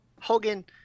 Hogan